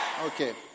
Okay